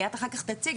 ליאת אחר כך תציג,